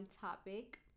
topic